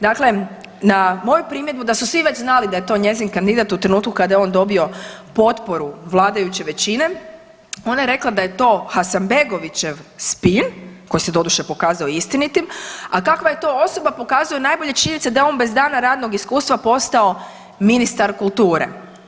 Dakle, na moju primjedbu da su svi već znali da je to njezin kandidat u trenutku kada je on dobio potporu vladajuće većine, ona je rekla da je to Hasanbegovićev spin, koji se doduše pokazao istinitim a kakva je to osoba, pokazuje najbolje činjenica da je on bez dana radnog iskustva postao ministar kulture.